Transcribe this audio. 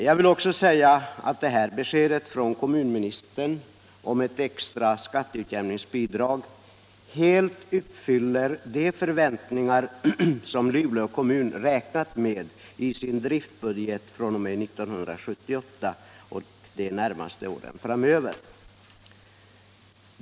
Jag vill också säga att detta besked från kommunministern om ett extra skatteutjämningsbidrag helt uppfyller de förväntningar som Luleå kommun hade vid utarbetandet av sin driftbudget för 1978 och de närmaste åren därefter.